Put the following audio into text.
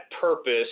purpose